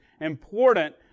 important